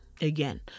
again